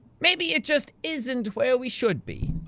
maybe it just isn't where we should be